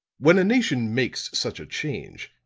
when a nation makes such a change,